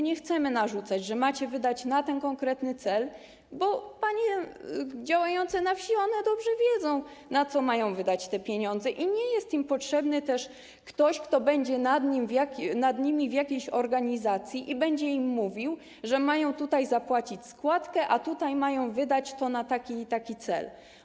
Nie chcemy narzucać, że macie wydać na ten konkretny cel, bo panie działające na wsi dobrze wiedzą, na co mają wydać te pieniądze, i nie jest im też potrzebny ktoś, kto będzie nad nimi w jakiejś organizacji i będzie im mówił, że mają tutaj zapłacić składkę, a tutaj mają wydać to na taki i taki cel.